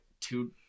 two